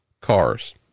cars